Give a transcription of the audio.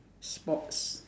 sports